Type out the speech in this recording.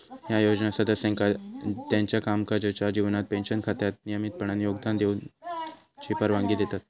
ह्या योजना सदस्यांका त्यांच्यो कामकाजाच्यो जीवनात पेन्शन खात्यात नियमितपणान योगदान देऊची परवानगी देतत